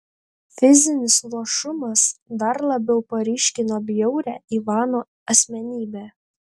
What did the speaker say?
fizinis luošumas dar labiau paryškino bjaurią ivano asmenybę